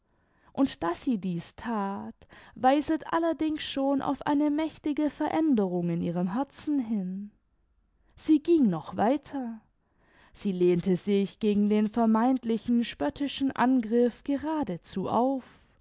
und daß sie dieß that weiset allerdings schon auf eine mächtige veränderung in ihrem herzen hin sie ging noch weiter sie lehnte sich gegen den vermeintlichen spöttischen angriff geradezu auf